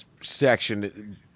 section